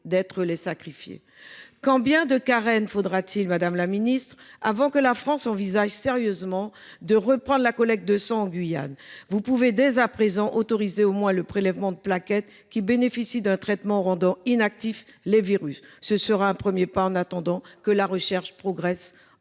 d’être les sacrifiés ! Combien de Karen faudra t il, madame la ministre, avant que la France n’envisage sérieusement de reprendre la collecte de sang en Guyane ? Vous pouvez dès à présent, à tout le moins, autoriser le prélèvement des plaquettes, qui bénéficient d’un traitement rendant inactifs les virus. Ce sera un premier pas, en attendant que la recherche progresse